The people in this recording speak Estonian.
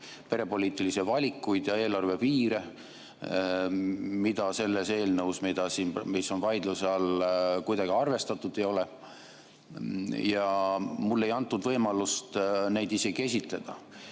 perepoliitilisi valikuid ja eelarvepiire, mida selles eelnõus, mis on vaidluse all, kuidagi arvestatud ei ole. Ja mulle ei antud võimalust neid isegi esitleda.